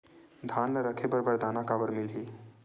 धान ल रखे बर बारदाना काबर मिलही?